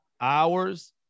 hours